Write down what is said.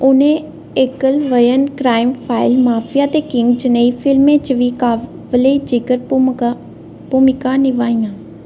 उ'नें इकलयन Crime File Mafia ते किंग जनेही फिल्में च बी काबले जिकर भूमकाभूमिकां निभाइयां